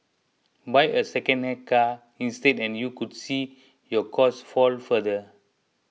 buy a second hand car instead and you could see your costs fall further